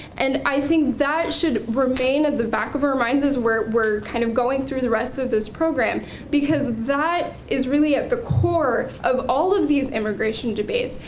and i think that should remain at the back of our minds is where we're kind of going through the rest of this program because that is really at the core of all of these immigration debates,